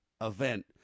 event